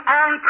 on